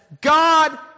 God